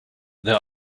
there